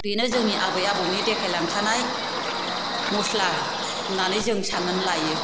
बेनो जोंनि आबै आबौनि देखायलांखानाय मस्ला होन्नानै जों सान्नानै लायो